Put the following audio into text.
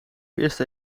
eerst